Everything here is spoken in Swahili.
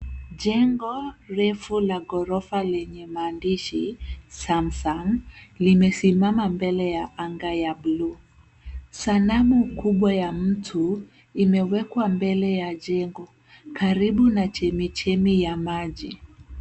Jengo refu la ghorofa lenye maandishi, Samsung limesimama mbele ya anga ya buluu. Sanamu kubwa ya mtu imewekwa mbele ya jengo, karibu na chemichemi ya maji.